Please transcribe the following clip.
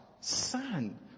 son